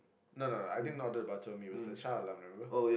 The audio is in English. no no no I didn't order bak-chor-mee it was at Shah-Alam remember